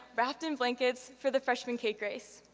wrapped in blankets for the freshmen cake race.